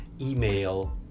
Email